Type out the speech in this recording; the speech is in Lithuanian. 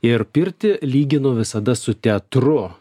ir pirtį lyginu visada su teatru